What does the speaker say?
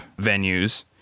venues